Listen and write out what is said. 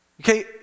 Okay